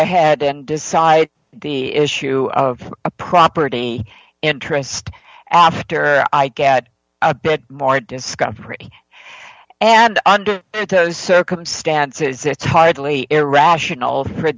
ahead and decide the issue of property interest after i get a bit more discovery and under those circumstances it's hardly irrational